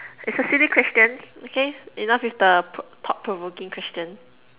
it's a silly question okay enough with the pro~ thought provoking question